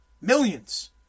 millions